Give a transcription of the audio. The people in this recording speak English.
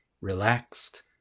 relaxed